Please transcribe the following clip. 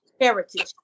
heritage